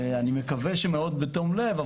אני מקווה שמאוד בתום לב,